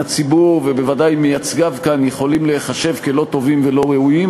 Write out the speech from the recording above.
הציבור ובוודאי בעיני מייצגיו כאן יכולים להיחשב לא טובים ולא ראויים.